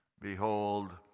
Behold